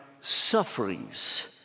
sufferings